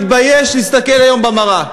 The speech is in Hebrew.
מתבייש להסתכל במראה.